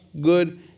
good